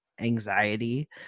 anxiety